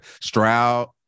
Stroud